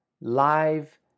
Live